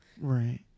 Right